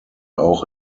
auch